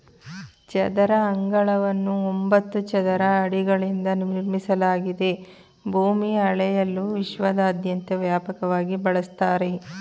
ಚದರ ಅಂಗಳವನ್ನು ಒಂಬತ್ತು ಚದರ ಅಡಿಗಳಿಂದ ನಿರ್ಮಿಸಲಾಗಿದೆ ಭೂಮಿ ಅಳೆಯಲು ವಿಶ್ವದಾದ್ಯಂತ ವ್ಯಾಪಕವಾಗಿ ಬಳಸ್ತರೆ